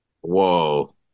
Whoa